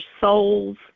souls